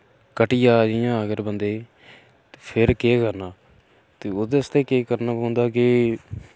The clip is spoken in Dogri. कट्टी आ जियां अगर बंदे ते फिर केह् करना ते ओह्दे आस्तै केह् करने पौंदा की